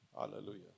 Hallelujah